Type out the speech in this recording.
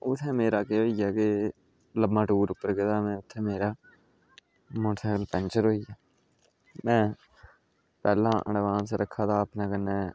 उत्थै मेरा केह् होई गेआ कि लम्मा टूर उप्पर गेआ मैं ते मेरा मोटरसैकल पैंचर होई गेआ में पैहलां एडवांस रक्खा दा अपने कन्नै